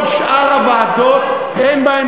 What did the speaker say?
יש לו גם עשייה.